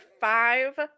five